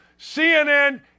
CNN